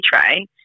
Train